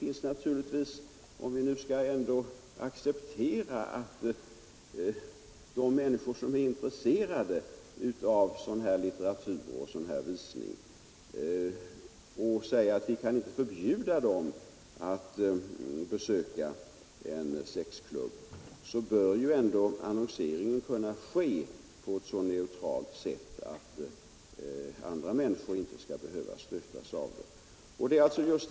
Om vi skall acceptera att vi inte kan förbjuda de människor som är intresserade av sådan litteratur och sådana visningar att t.ex. besöka en sexklubb, så bör ju ändå annonseringen kunna göras på ett så neutralt sätt att andra människor inte behöver stötas av den.